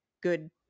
good